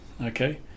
Okay